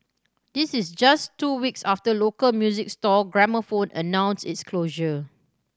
this is just two weeks after local music store Gramophone announced its closure